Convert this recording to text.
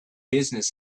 business